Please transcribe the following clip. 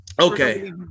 Okay